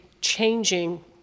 changing